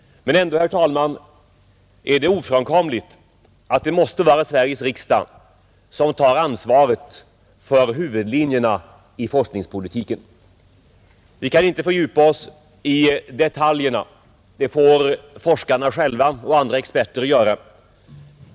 Men ändå, herr talman, är det ofrånkomligt att det är Sveriges riksdag som tar ansvaret för huvudlinjerna i forskningspolitiken. Vi kan inte fördjupa oss i detaljerna — det får forskarna själva och andra experter göra.